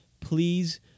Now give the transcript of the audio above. please